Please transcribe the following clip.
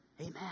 Amen